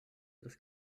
des